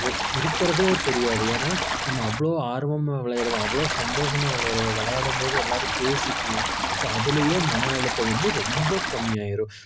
இருக்கிறதே தெரியாது ஏன்னா நம்ம அவ்வளோ ஆர்வமாக விளையாடுவோம் அவ்வளோ சந்தோஷமாக விளையாடுவோம் விளையாடும்போது எல்லாரும் பேசிக்குவோம் ஸோ அதிலயே மன அழுத்தம் வந்து ரொம்ப கம்மியாயிடும்